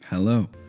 Hello